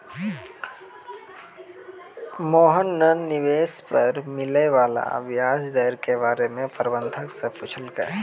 मोहन न निवेश पर मिले वाला व्याज दर के बारे म प्रबंधक स पूछलकै